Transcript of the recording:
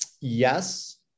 yes